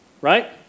Right